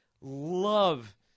love